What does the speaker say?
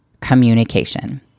communication